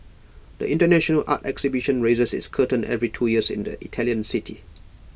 the International art exhibition raises its curtain every two years in the Italian city